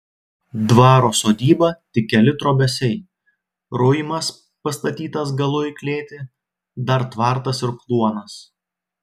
dvaro sodyba tik keli trobesiai ruimas pastatytas galu į klėtį dar tvartas ir kluonas